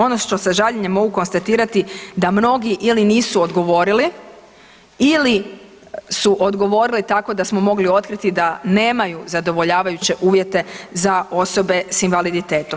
Ono što sa žaljenjem mogu konstatirati da mnogi ili nisu odgovorili ili su odgovorili tako da smo mogli otkriti da nemaju zadovoljavajuće uvjete za osobe s invaliditetom.